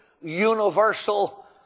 universal